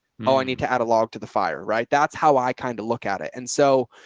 oh, i need to add a log to the fire. right. that's how i kind of look at it. and so.